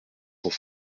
cent